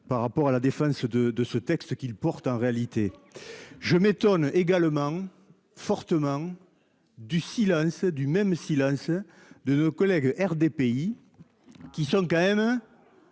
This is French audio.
par rapport à la défense de de ce texte qu'il porte en réalité. Je m'étonne également. Fortement. Du si l'ANC du même si ANC de nos collègues RDPI. Qui sont quand même.